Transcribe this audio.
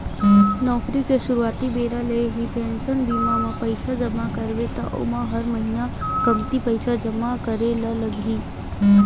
नउकरी के सुरवाती बेरा ले ही पेंसन बीमा म पइसा जमा करबे त ओमा हर महिना कमती पइसा जमा करे ल लगही